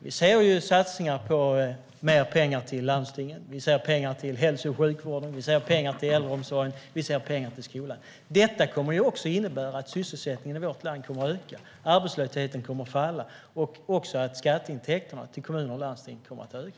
Vi ser satsningar på mer pengar till landstingen, till hälso och sjukvården, till äldreomsorgen och till skolan. Det innebär att sysselsättningen i vårt land kommer att öka, att arbetslösheten kommer att falla och att skatteintäkterna till kommuner och landsting kommer att öka.